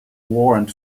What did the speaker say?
warrant